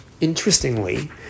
Interestingly